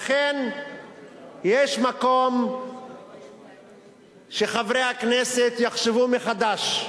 לכן יש מקום שחברי הכנסת יחשבו מחדש.